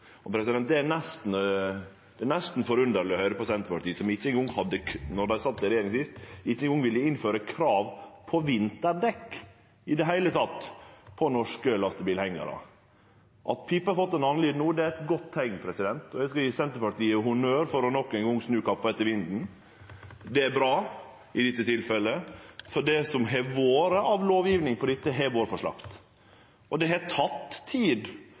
Det er nesten forunderleg å høyre på Senterpartiet, som då dei sat i regjering sist, ikkje eingong ville innføre krav om vinterdekk på norske lastebilhengarar. At pipa har fått ein annan lyd no er eit godt teikn. Eg skal gje Senterpartiet honnør for nok ein gong å snu kappa etter vinden. Det er bra i dette tilfellet, for det som har vore av lovgjeving på dette området, har vore for slakt. Og det har teke tid